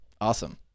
Awesome